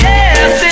Yes